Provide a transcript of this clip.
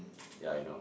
ya I know